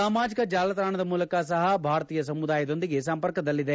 ಸಾಮಾಜಿಕ ಜಾಲತಾಣದ ಮೂಲಕ ಸಪ ಭಾರತೀಯ ಸಮುದಾಯದೊಂದಿಗೆ ಸಂಪರ್ಕದಲ್ಲಿದೆ